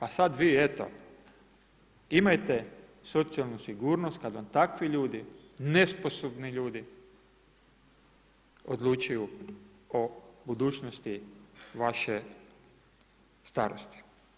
A sad vi eto, imajte socijalnu sigurnost kad vam takvi ljudi, nesposobni ljudi odlučuju o budućnosti vaše starosti.